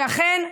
ואכן,